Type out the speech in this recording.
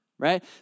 right